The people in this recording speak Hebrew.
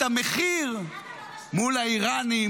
את המחיר מול האיראנים